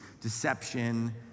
Deception